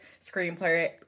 screenplay